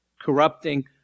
Corrupting